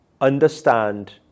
understand